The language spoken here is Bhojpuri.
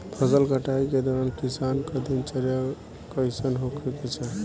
फसल कटाई के दौरान किसान क दिनचर्या कईसन होखे के चाही?